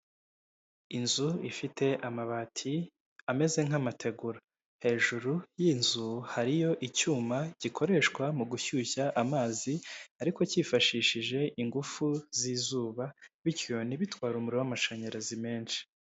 Inzu ifite amabati ameze nk'amategura, hejuru y'inzu hariyo icyuma gikoreshwa mu gushyushya amazi ariko cyifashishije ingufu z'izuba bityo ntibitware umuriro w'amashanyarazi menshi.